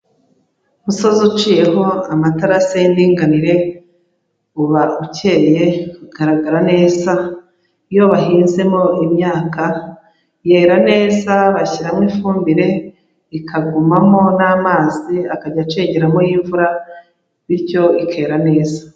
Umusozi uciyeho amaterasi y'inganire, uba ukeye ugaragara neza, iyo bahinzemo imyaka yera neza, bashyiramo ifumbire ikagumamo n'amazi akajya acengeramo y'imvura, bityo ikera neza.